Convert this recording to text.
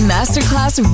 Masterclass